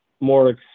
more